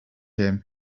him